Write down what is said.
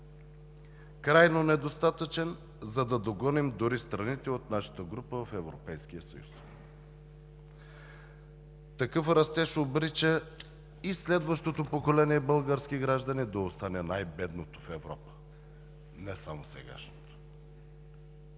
крайно недостатъчен, за да догоним дори страните от нашата група в Европейския съюз. Такъв растеж обрича и следващото поколение български граждани, не само сегашното,